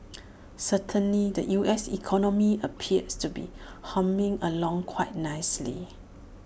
certainly the U S economy appears to be humming along quite nicely